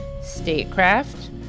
Statecraft